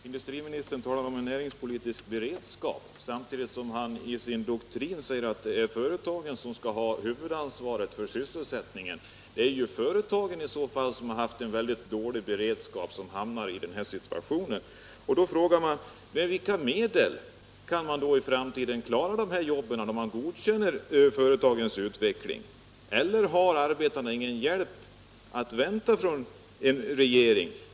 Herr talman! Industriministern talar om en näringspolitisk beredskap samtidigt som han i sin doktrin säger att det är företagen som skall ha huvudansvaret för sysselsättningen. Det är i så fall företagen som har haft en mycket dålig beredskap, eftersom de hamnar i den här situationen. Då kan frågan ställas: Med vilka medel kan man i framtiden klara de här jobben, om man godkänner företagens utveckling? Har arbetarna ingen hjälp att vänta från regeringen?